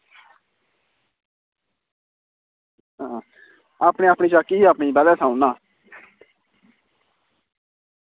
अपनी अपनी चाक्की पैह्लें सनाई ओड़ना